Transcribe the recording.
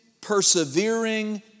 persevering